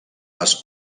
les